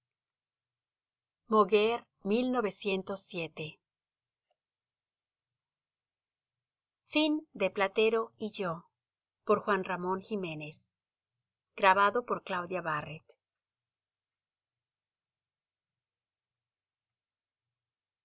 platero y yo by juan ramón jiménez